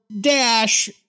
dash